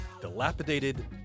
dilapidated